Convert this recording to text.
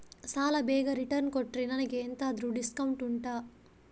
ಸಾಲ ಬೇಗ ರಿಟರ್ನ್ ಕೊಟ್ರೆ ನನಗೆ ಎಂತಾದ್ರೂ ಡಿಸ್ಕೌಂಟ್ ಉಂಟಾ